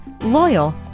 loyal